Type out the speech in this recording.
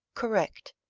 correct.